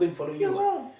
ya wrong